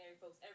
folks